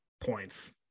points